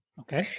Okay